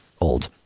old